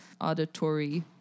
Auditory